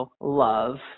love